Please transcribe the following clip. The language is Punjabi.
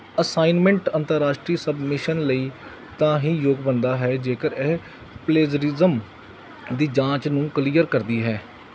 ਅਸਾਈਨਮੈਂਟ ਅੰਤਰਰਾਸ਼ਟਰੀ ਸਬਮਿਸ਼ਨ ਲਈ ਤਾਂ ਹੀ ਯੋਗ ਬਣਦਾ ਹੈ ਜੇਕਰ ਇਹ ਪਲੈਜਰਿਜ਼ਮ ਦੀ ਜਾਂਚ ਨੂੰ ਕਲੀਅਰ ਕਰਦੀ ਹੈ